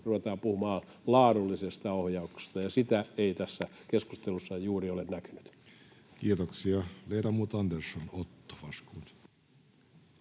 ruvetaan puhumaan laadullisesta ohjauksesta? Sitä ei tässä keskustelussa juuri ole näkynyt. Kiitoksia. — Ledamot Andersson, Otto, varsågod.